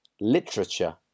literature